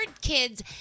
kids